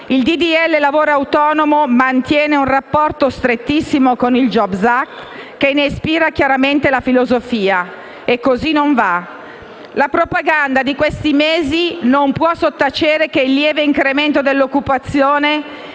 sul lavoro autonomo mantiene un rapporto strettissimo con il *jobs act*, che ne ispira chiaramente la filosofia, e così non va. La propaganda degli ultimi mesi non può sottacere che il lieve incremento dell'occupazione